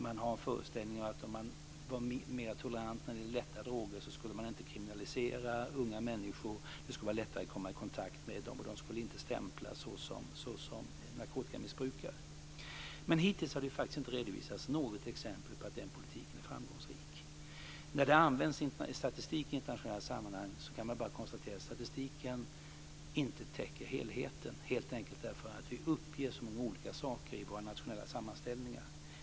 Man har en föreställning att om man är mer tolerant när det gäller lätta droger skulle man inte kriminalisera unga människor, skulle det vara lättare att komma i kontakt med dem och skulle de inte stämplas som narkotikamissbrukare. Hittills har det inte redovisats något exempel på att den politiken är framgångsrik. När det används statistik i internationella sammanhang kan man bara konstatera att statistiken inte täcker helheten, helt enkelt därför att vi uppger så många olika saker i våra nationella sammanställningar.